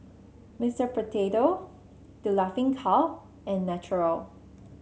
Mister Potato The Laughing Cow and Naturel